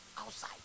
outside